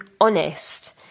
honest